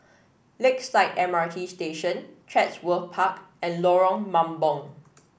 Lakeside M R T Station Chatsworth Park and Lorong Mambong